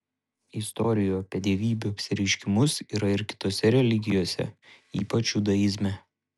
istorijų apie dievybių apsireiškimus yra ir kitose religijose ypač judaizme